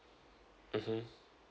mmhmm